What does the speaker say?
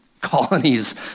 colonies